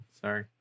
Sorry